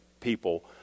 people